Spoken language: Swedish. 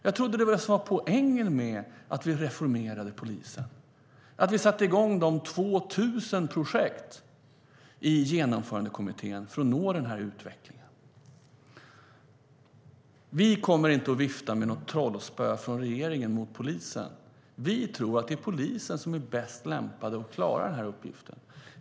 Jag trodde att det var det som var poängen med att vi reformerade polisen, att vi satte igång de 2 000 projekten i Genomförandekommittén för att nå den här utvecklingen. Regeringen kommer inte att vifta med något trollspö mot polisen. Vi tror att det är polisen som är bäst lämpad att klara den här uppgiften.